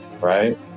right